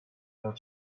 your